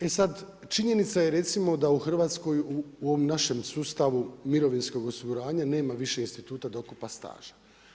E sad, činjenica je recimo da u Hrvatskoj u ovom našem sustavu mirovinskog osiguranja nema više instituta dokupa staža.